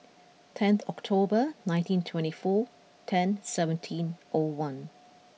tenth October nineteen twenty four ten seventeen O one